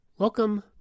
Welcome